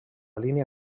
línia